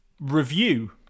review